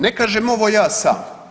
Ne kažem ovo ja sam.